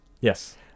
Yes